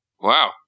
Wow